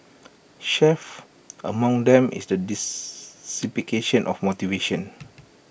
chief among them is the dissipation of motivation